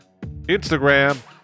Instagram